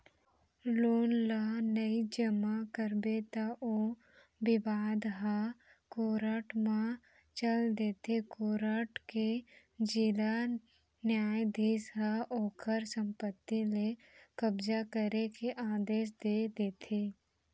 loan ल नइ जमा करबे त ओ बिबाद ह कोरट म चल देथे कोरट के जिला न्यायधीस ह ओखर संपत्ति ले कब्जा करे के आदेस दे देथे